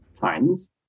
times